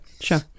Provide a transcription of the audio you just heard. sure